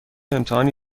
امتحانی